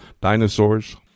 dinosaurs